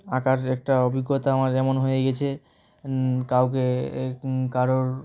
আঁকার একটা অভিজ্ঞতা আমার এমন হয়ে গেছে কাউকে কারোর